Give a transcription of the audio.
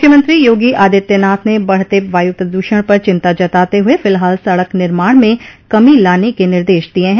मुख्यमंत्री योगी आदित्यनाथ ने बढ़ते वायु प्रदूषण पर चिंता जताते हुए फिलहाल सड़क निर्माण में कमी लाने के निर्देश दिये हैं